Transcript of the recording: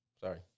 Sorry